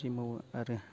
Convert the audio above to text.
खेथि मावो आरो